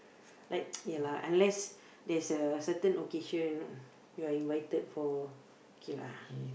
like ya lah unless there's a certain occasion you're invited for okay lah